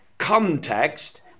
context